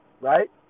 Right